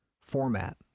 format